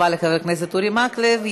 תודה רבה לחבר הכנסת אורי מקלב.